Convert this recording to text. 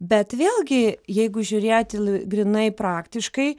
bet vėlgi jeigu žiūrėti grynai praktiškai